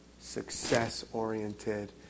success-oriented